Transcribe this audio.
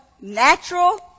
natural